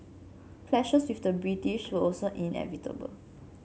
clashes with the British were also inevitable